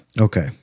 Okay